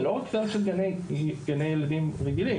זה לא רק סייעות של גני ילדים רגילים,